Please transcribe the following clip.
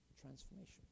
Transformation